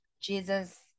Jesus